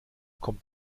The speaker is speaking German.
kommt